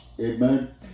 Amen